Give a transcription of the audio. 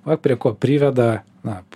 va prie ko priveda na